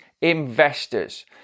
investors